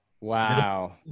wow